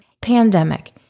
pandemic